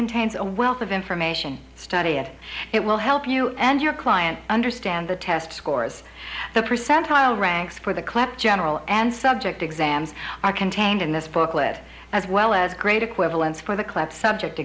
contains a wealth of information study it it will help you and your client understand the test scores the percentile ranks for the clip general and subject exams are contained in this booklet as well as grade equivalents for the club subject